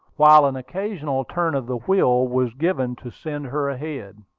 while an occasional turn of the wheel was given to send her ahead.